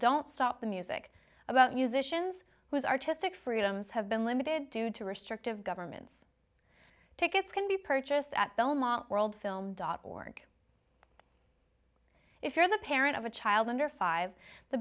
don't stop the music about musicians whose artistic freedoms have been limited due to restrictive governments tickets can be purchased at belmont world film dot org if you're the parent of a child under five the